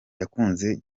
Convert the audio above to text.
yakunze